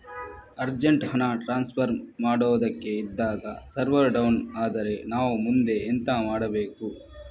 Urgent ಹಣ transfer ಮಾಡೋದಕ್ಕೆ ಇದ್ದಾಗ ಸರ್ವರ್ ಡೌನ್ ಆದರೆ ನಾವು ಮುಂದೆ ಎಂತ ಮಾಡಬೇಕು?